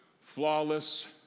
flawless